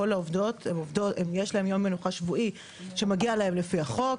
לכל העובדות יש יום מנוחה שבועי שמגיע להם לפי חוק,